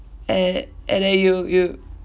and and then you you